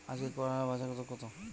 আজকে করলার বাজারদর কত?